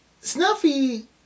Snuffy